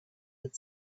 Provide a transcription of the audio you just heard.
had